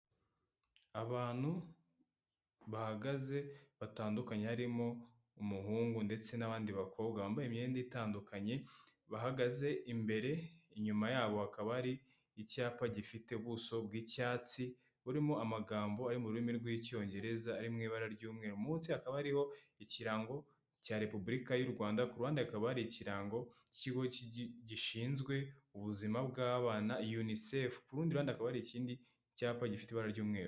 Abantu bahagaze batandukanye barimo umuhungu ndetse n'abandi bakobwa bambaye imyenda itandukanye, bahagaze imbere inyuma ya bo hakaba ari icyapa gifite ubuso bw'icyatsi burimo amagambo ari mu rurimi rw'icyongereza ari mu ibara ry'umweru, munsi hakaba hariho ikirango cya Repubulika y'u Rwanda, ku ruhande hakaba hari ikirango cy'ikigo gishinzwe ubuzima bw'abana yunisefu, ku rundi ruhande hakaba ikindi cyapa gifite ibara ry'umweru.